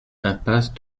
impasse